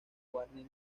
warner